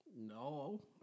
No